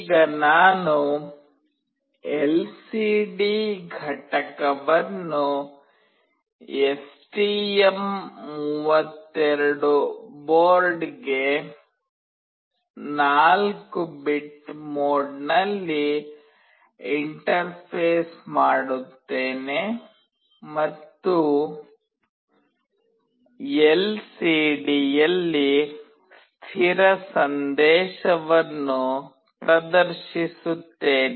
ಈಗ ನಾನು ಎಲ್ಸಿಡಿ ಘಟಕವನ್ನು ಎಸ್ಟಿಎಂ32 ಬೋರ್ಡ್ಗೆ 4 ಬಿಟ್ ಮೋಡ್ನಲ್ಲಿ ಇಂಟರ್ಫೇಸ್ ಮಾಡುತ್ತೇನೆ ಮತ್ತು ಎಲ್ಸಿಡಿಯಲ್ಲಿ ಸ್ಥಿರ ಸಂದೇಶವನ್ನು ಪ್ರದರ್ಶಿಸುತ್ತೇನೆ